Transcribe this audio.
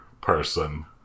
person